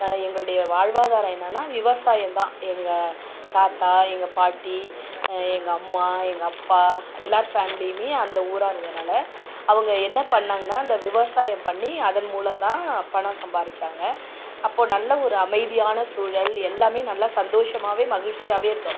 எங்களுடைய வாழ்வாதாரம் என்னன்னா விவசாயம்தான் எங்கள் தாத்தா எங்கள் பாட்டி எங்கள் அம்மா எங்கள் அப்பா எல்லோர் ஃபேமிலியும் அந்த ஊராக இருந்ததனால அவங்க என்ன பண்ணாங்கன்னா இந்த விவசாயம் பண்ணி அதன் மூலம்தான் பணம் சம்பாதிச்சாங்க அப்போது நல்ல ஒரு அமைதியான சூழல் எல்லாம் நல்லா சந்தோஷமாகவே மகிழ்ச்சியாகவே இருந்தோம்